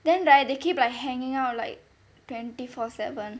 then right they keep like hanging out like twenty four seven